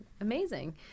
Amazing